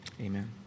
amen